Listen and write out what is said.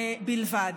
בלבד.